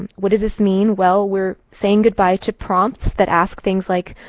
what does this mean? well, we're saying goodbye to prompts that ask things like,